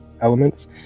elements